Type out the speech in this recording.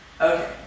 Okay